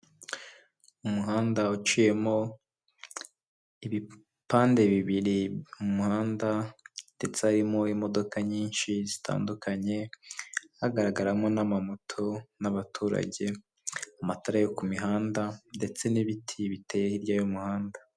Umuhanda uciyemo ibipande bibiri m'umahanda ndetse harimo imodoka nyinshi zitandukanye, hagaragaramo nama'moto n'abaturage amatara yo kumihanda ndetse n'ibiti biteye hirya y'umuhanda.